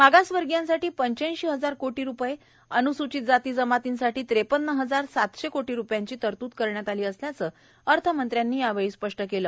मा ासव र्पीयांसाठी पंच्च्याऐशी हजार कोटी रूपयप्न अनुसूचित जाती जमातींसाठी त्रप्नन्न हजार सातश कोटी रूपयांची तरतूद करण्यात आली असल्याचं अर्थमंत्र्यांनी यावळी स्पष्ट कालं